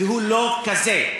הוא לא כזה.